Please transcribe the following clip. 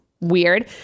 weird